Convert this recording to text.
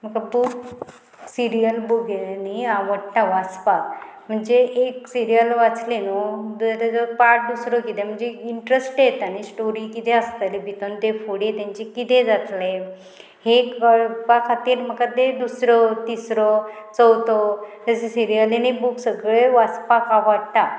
म्हाका book serial book हें न्ही आवडटा वाचपाक म्हणजे एक सिरियल वाचले न्हू तेजो पाट दुसरो किदें म्हणजे इंट्रस्ट येता न्ही स्टोरी किदें आसतली भितन ते फुडें तेंचे कितें जातले हे कळपा खातीर म्हाका तें दुसरो तिसरो चवथो तशें सिरियली न्ही बूक सगळे वाचपाक आवडटा